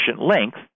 length